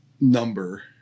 number